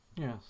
Yes